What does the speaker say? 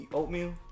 oatmeal